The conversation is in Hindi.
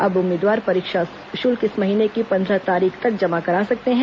अब उम्मीदवार परीक्षा शुल्क इस महीने की पंद्रह तारीख तक जमा करा सकते हैं